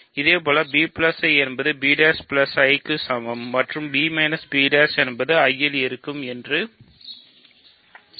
இதேபோல் b I என்பது b'I க்கு சமம் மற்றும் b b' என்பது I ல் இருக்கும் என்று குறிக்கிறது